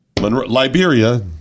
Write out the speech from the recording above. Liberia